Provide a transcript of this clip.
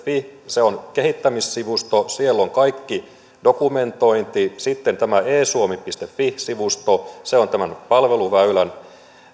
fi se on kehittämissivusto siellä on kaikki dokumentointi sitten tämä esuomi fi sivusto se on tämän palveluväylän